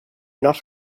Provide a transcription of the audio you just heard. not